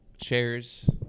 Chairs